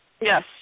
Yes